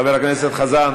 חבר הכנסת חזן